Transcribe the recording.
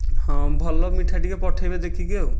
ହଁ ଭଲ ମିଠା ଟିକିଏ ପଠାଇବେ ଦେଖିକି ଆଉ